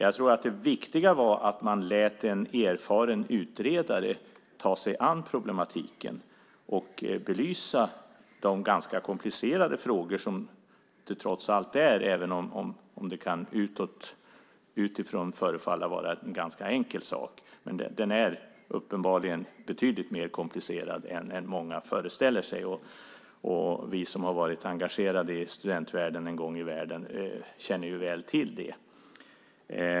Jag tror att det viktiga var att man lät en erfaren utredare ta sig an problematiken och belysa de ganska komplicerade frågor som det trots allt är, även om det utifrån kan förefalla vara en ganska enkel sak. Men det är uppenbarligen betydligt mer komplicerat än många föreställer sig. Vi som har varit engagerade i studentvärlden en gång i tiden känner väl till det.